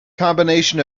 combination